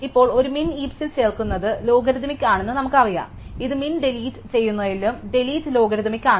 ഇപ്പോൾ ഒരു മിൻ ഹീപ്സിൽ ചേർക്കുന്നത് ലോഗരിഥമിക് ആണെന്ന് നമുക്കറിയാം ഇത് മിൻ ഡിലീറ്റ് ചെയുന്നില്ലെങ്കിലും ഡിലീറ്റ് ലോഗരിഥമിക് ആണ്